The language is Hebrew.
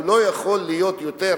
והוא לא יכול להיות יותר